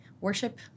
worship